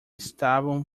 estavam